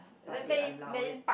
but they allow it